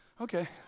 Okay